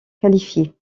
qualifié